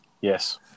Yes